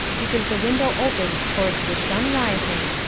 because the window opened towards the sunrising,